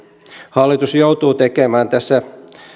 hallitus joutuu tekemään tässä